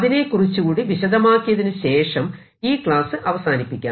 അതിനെ കുറിച്ചുകൂടി വിശദമാക്കിയതിനു ശേഷം ഈ ക്ലാസ് അവസാനിപ്പിക്കാം